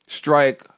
strike